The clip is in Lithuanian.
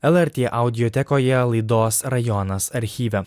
lrt audiotekoje laidos rajonas archyve